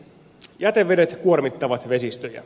jätevedet kuormittavat vesistöjä